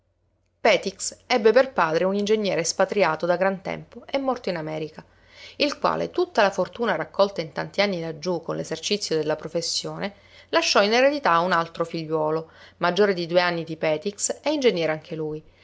petix ebbe per padre un ingegnere spatriato da gran tempo e morto in america il quale tutta la fortuna raccolta in tanti anni laggiú con l'esercizio della professione lasciò in eredità a un altro figliuolo maggiore di due anni di petix e ingegnere anche lui